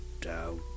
doubt